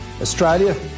Australia